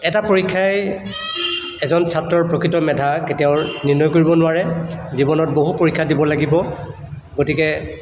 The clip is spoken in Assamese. এটা পৰীক্ষাই এজন ছাত্ৰৰ প্ৰকৃত মেধা কেতিয়াও নিৰ্ণয় কৰিব নোৱাৰে জীৱনত বহু পৰীক্ষা দিব লাগিব গতিকে